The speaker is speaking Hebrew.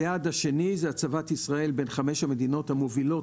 היעד השני הוא הצבת ישראל בין 5 המדינות המובילות